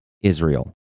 Israel